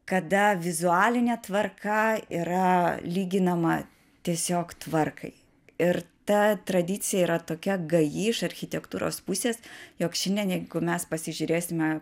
kada vizualinė tvarka yra lyginama tiesiog tvarkai ir ta tradicija yra tokia gaji iš architektūros pusės jog šiandien jeigu mes pasižiūrėsime